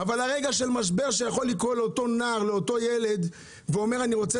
אבל ברגע של משבר שיכול לקרות לאותו נער או ילד והוא אומר שהוא רוצה